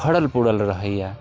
भरल पूरल रहैया